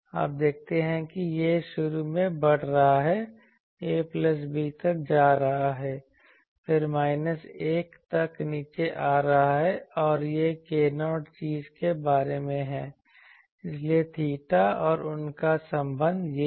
आप देखते हैं कि यह शुरू में बढ़ रहा है a प्लस b तक जा रहा है फिर माइनस 1 तक नीचे आ रहा है और यह k0 चीज़ के बारे में है इसलिए थीटा और उनका संबंध यह है